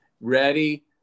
Ready